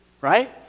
right